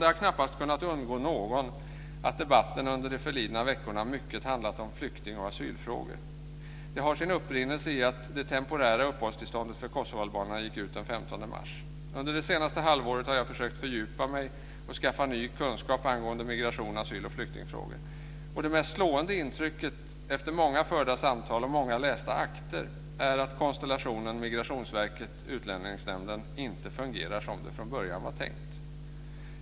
Det har knappast kunnat undgå någon att debatten under de förlidna veckorna mycket handlat om flykting och asylfrågor. Det har sin upprinnelse i att det temporära uppehållstillståndet för kosovoalbanerna gick ut den 15 mars. Under det senaste halvåret har jag försökt fördjupa mig och skaffa ny kunskap angående migrations-, asyl och flyktingfrågor. Det mest slående intrycket efter många förda samtal och många lästa akter är att konstellationen Migrationsverket-Utlänningsnämnden inte fungerar som det från början var tänkt.